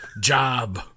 job